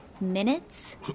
minutes